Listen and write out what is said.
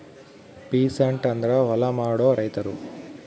peasant ಅಂದ್ರ ಹೊಲ ಮಾಡೋ ರೈತರು